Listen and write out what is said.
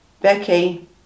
Becky